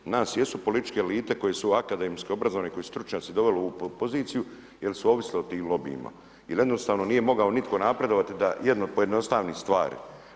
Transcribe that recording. U nas jesu političke elite koje su akademski obrazovane, koje su stručnjaci doveli u ovu poziciju jer su ovisile o tim lobijima jer jednostavno nije mogao nitko napredovati da jednom pojednostavi stvari.